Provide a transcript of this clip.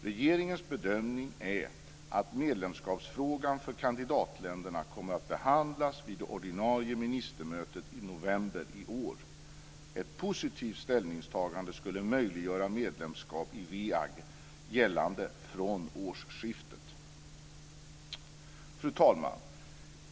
Regeringens bedömning är att frågan om medlemskap för kandidatländerna kommer att behandlas vid det ordinarie ministermötet i november i år. Ett positivt ställningstagande skulle möjliggöra medlemskap i WE Fru talman!